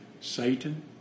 Satan